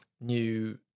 new